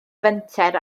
fenter